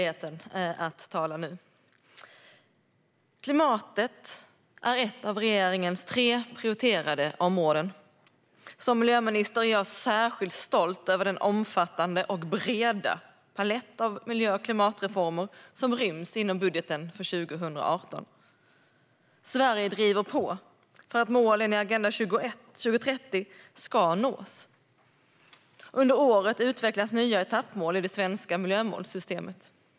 Fru talman! Klimatet är ett av regeringens tre prioriterade områden. Som miljöminister är jag särskilt stolt över den omfattande och breda palett av miljö och klimatreformer som ryms inom budgeten för 2018. Sverige driver på för att målen i Agenda 2030 ska nås. Under året utvecklas nya etappmål i det svenska miljömålssystemet.